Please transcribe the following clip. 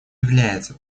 является